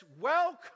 welcome